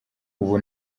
ubu